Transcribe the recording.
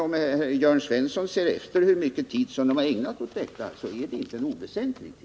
Om Jörn Svensson ser efter hur mycket tid som man har ägnat åt detta, kommer Jörn Svensson att finna att det är en inte oväsentlig tid.